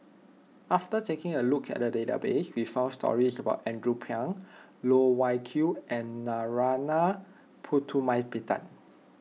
after taking a look at the database we found stories about Andrew Phang Loh Wai Kiew and Narana Putumaippittan